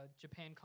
Japan